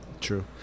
True